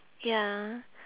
ya